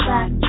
Back